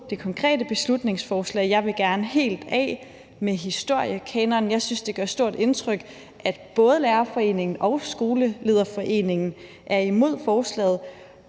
det konkrete beslutningsforslag. Jeg vil gerne helt af med historiekanonen. Jeg synes, det gør stort indtryk, at både Lærerforeningen og Skolelederforeningen er imod forslaget.